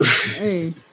Hey